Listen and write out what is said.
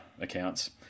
accounts